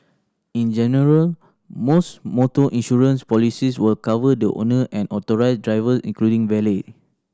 in general most motor insurance policies will cover the owner and authorised driver including valet